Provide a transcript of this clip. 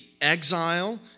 exile